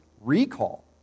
recall